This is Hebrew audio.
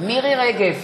מירי רגב,